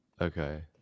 okay